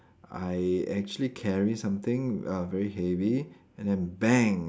I actually carried something uh very heavy and then bang